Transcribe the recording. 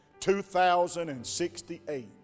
2068